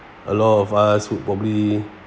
a lot of us would probably